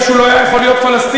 ישו לא היה יכול להיות פלסטיני,